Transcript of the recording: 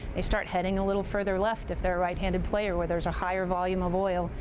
they start heading a little further left if they're a right-handed player where there's a higher volume of oil,